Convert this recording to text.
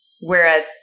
whereas